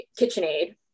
KitchenAid